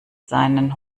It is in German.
seinen